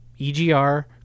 EGR